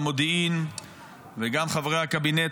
המודיעין וגם חברי הקבינט,